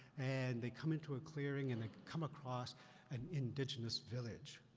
and they come in to a clearing, and they come across an indigenous village.